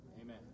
Amen